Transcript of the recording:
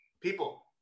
people